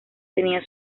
tenía